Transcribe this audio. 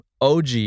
OG